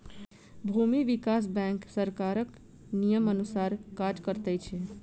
भूमि विकास बैंक सरकारक नियमानुसार काज करैत छै